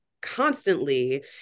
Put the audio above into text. constantly